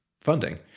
funding